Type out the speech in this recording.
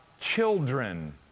children